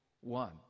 One